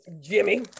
Jimmy